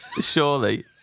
surely